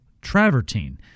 travertine